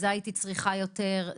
זה הייתי צריכה יותר,